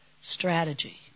strategy